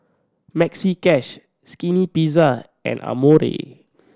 Maxi Cash Skinny Pizza and Amore